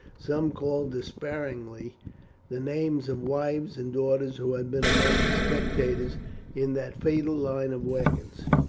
some called despairingly the names of wives and daughters who had been among the spectators in that fatal line of wagons.